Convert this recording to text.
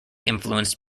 influenced